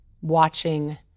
watching